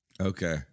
Okay